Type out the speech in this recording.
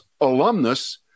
alumnus